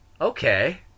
okay